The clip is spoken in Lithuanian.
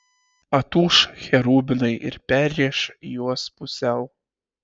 atūš cherubinai ir perrėš juos pusiau